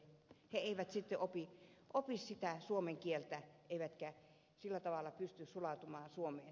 he eivät opi suomen kieltä eivätkä sillä tavalla pysty sulautumaan suomeen